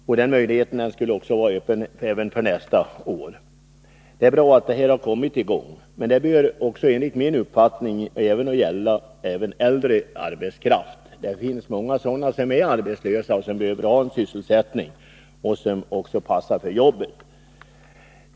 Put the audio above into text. Denna möjlighet skall vara öppen även nästa år. Det är bra att detta har kommit i gång. Men detta bör enligt min uppfattning gälla även äldre arbetskraft. Det finns många äldre som är arbetslösa, som behöver ha sysselsättning och passar för jobbet.